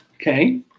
Okay